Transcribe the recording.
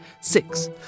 Six